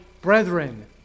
brethren